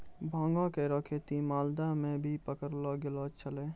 भांगो केरो खेती मालदा म भी पकड़लो गेलो छेलय